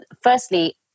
firstly